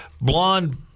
blonde